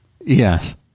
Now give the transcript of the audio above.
Yes